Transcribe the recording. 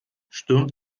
stürmt